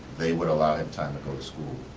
they would allow him time to go to school,